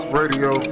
radio